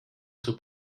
zur